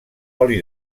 oli